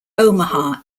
omaha